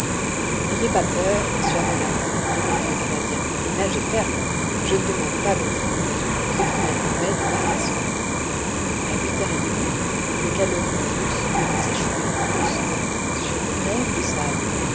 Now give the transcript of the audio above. n'ayez pas peur monsieur aronnax répondit le canadien et nagez ferme je ne demande pas vingt-cinq minutes pour vous offrir un mets de ma façon a huit heures et demie le canot du nautilus venait s'échouer doucement sur une grève de sable